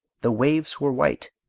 the waves were white,